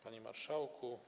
Panie Marszałku!